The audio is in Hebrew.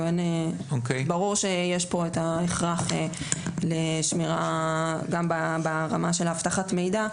ברור שיש פה את ההכרח לשמירה גם ברמה של אבטחת מידע,